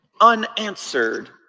unanswered